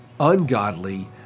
ungodly